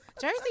Jersey